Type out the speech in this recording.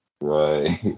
Right